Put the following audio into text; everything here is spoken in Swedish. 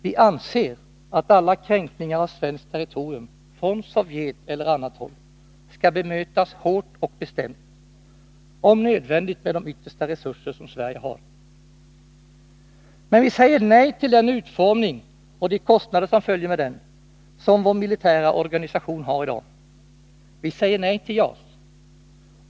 Vi anser att alla kränkningar av svenskt territorium, från Sovjet eller från annat håll, skall bemötas hårt och bestämt, om nödvändigt med de yttersta resurser Sverige har. Men vi säger nej till den utformning som vår militära organisation har i dag och de kostnader som följer med den. Vi säger nej till JAS!